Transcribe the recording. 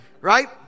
Right